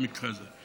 במקרה הזה?